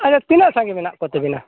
ᱟᱫᱚ ᱛᱤᱱᱟᱹᱜ ᱥᱟᱸᱜᱮ ᱢᱮᱱᱟᱜ ᱠᱚ ᱛᱟᱹᱵᱤᱱᱟ